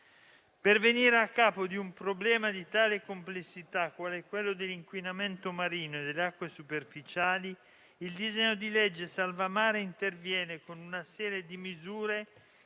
Per venire a capo di un problema di tale complessità, quale quello dell'inquinamento marino e delle acque superficiali, il disegno di legge salva mare interviene con una serie di misure